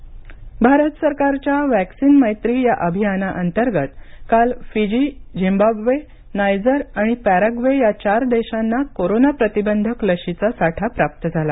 vaccine मैत्री भारत सरकारच्या vaccine मैत्री या अभियानाअंतर्गत काल फिजी झिम्बाब्वे नायजर आणि पॅराग्वे या चार देशांना कोरोना प्रतिबंधक लशीचा साठा प्राप्त झाला